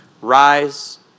Rise